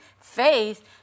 faith